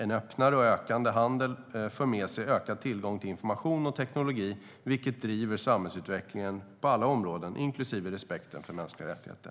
En öppnare och ökande handel för med sig ökad tillgång till information och teknologi, vilket driver på samhällsutvecklingen på alla områden inklusive respekten för mänskliga rättigheter.